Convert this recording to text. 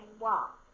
walk